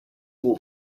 will